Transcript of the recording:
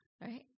right